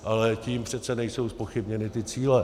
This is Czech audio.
Ale tím přece nejsou zpochybněny ty cíle.